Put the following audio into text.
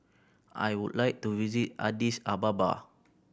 I would like to visit Addis Ababa